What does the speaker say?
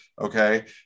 okay